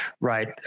right